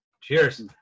Cheers